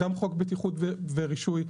גם חוק בטיחות ורישוי,